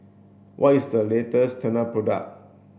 what is the latest Tena product